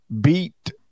beat